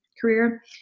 career